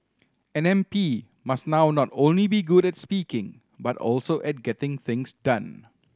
an M P must now not only be good at speaking but also at getting things done